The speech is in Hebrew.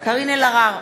קארין אלהרר,